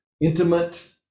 intimate